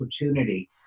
opportunity